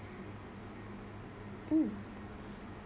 mm